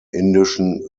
indischen